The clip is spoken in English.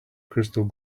crystal